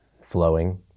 flowing